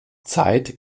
zeit